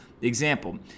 Example